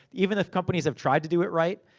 even if companies have tried to do it right.